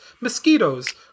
mosquitoes